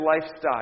lifestyle